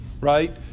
right